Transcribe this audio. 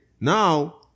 Now